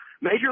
Major